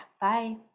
Bye